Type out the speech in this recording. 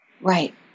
Right